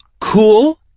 cool